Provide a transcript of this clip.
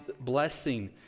blessing